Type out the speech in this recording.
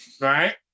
right